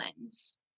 lens